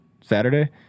Saturday